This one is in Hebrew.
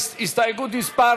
הסתייגות מס'